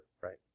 right